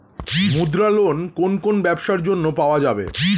মুদ্রা লোন কোন কোন ব্যবসার জন্য পাওয়া যাবে?